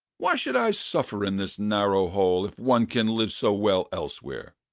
why should i suffer in this narrow hole, if one can live so well elsewhere?